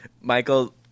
Michael